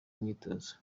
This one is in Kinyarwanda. imyitozo